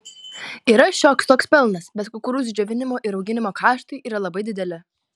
yra šioks toks pelnas bet kukurūzų džiovinimo ir auginimo kaštai yra labai dideli